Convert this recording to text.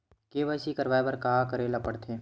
KYC करवाय बर का का करे ल पड़थे?